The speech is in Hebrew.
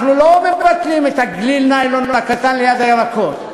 אנחנו לא מבטלים את גליל הניילון הקטן ליד הירקות,